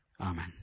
Amen